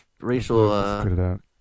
racial